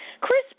Chris